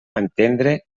entendre